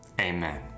Amen